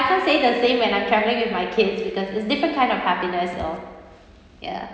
I can't say the same when I travelling with my kids because it's different kind of happiness though ya